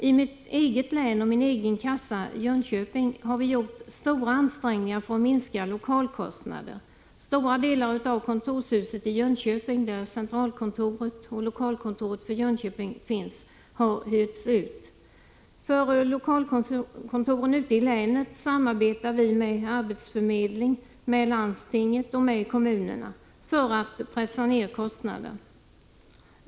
I mitt eget län och min egen kassa — i Jönköping — har vi gjort stora ansträngningar för att minska lokalkostnaderna. Stora delar av kontorshuset i Jönköping, där centralkontoret och lokalkontoret för Jönköping finns, har hyrts ut. När det gäller lokalkontoren ute i länet samarbetar vi med arbetsförmedlingen, med landstinget och med kommunerna för att pressa ner kostnaderna.